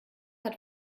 hat